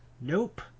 nope